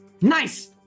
Nice